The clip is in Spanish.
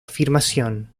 afirmación